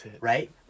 right